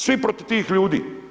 Svi protiv tih ljudi.